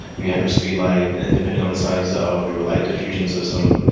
and you have your speed light and depending on the size of your light diffusion system,